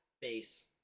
base